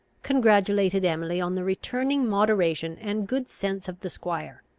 congratulated emily on the returning moderation and good sense of the squire,